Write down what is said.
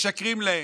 משקרים להם,